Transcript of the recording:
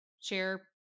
share